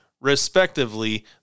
respectively